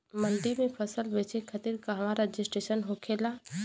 मंडी में फसल बेचे खातिर कहवा रजिस्ट्रेशन होखेला?